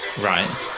Right